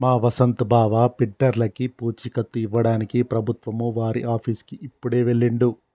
మా వసంత్ బావ బిడ్డర్లకి పూచీకత్తు ఇవ్వడానికి ప్రభుత్వం వారి ఆఫీసుకి ఇప్పుడే వెళ్ళిండు